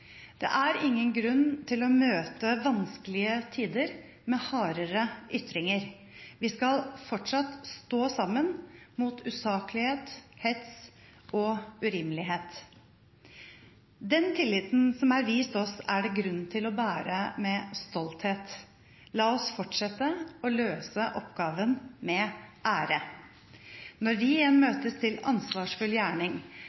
Det er ingen grunn til å møte vanskelige tider med hardere ytringer. Vi skal fortsatt stå sammen mot usaklighet, hets og urimelighet. Den tilliten som er vist oss, er det grunn til å bære med stolthet. La oss fortsette å løse oppgaven med ære. Når vi igjen